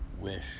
Wish